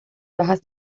bajas